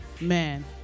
Man